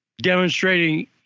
demonstrating